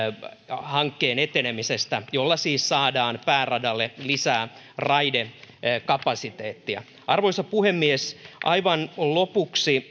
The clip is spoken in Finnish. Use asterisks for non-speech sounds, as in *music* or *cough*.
hankkeen etenemisestä siis saadaan pääradalle lisää raidekapasiteettia arvoisa puhemies aivan lopuksi *unintelligible*